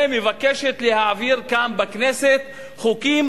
שמבקשת להעביר כאן בכנסת חוקים